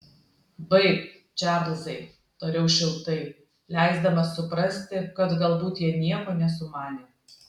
baik čarlzai tariau šiltai leisdamas suprasti kad galbūt jie nieko nesumanė